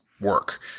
work